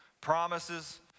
promises